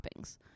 toppings